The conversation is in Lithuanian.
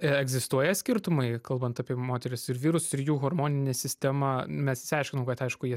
egzistuoja skirtumai kalbant apie moteris ir vyrus ir jų hormoninė sistema mes išsiaiškinom kad aišku jie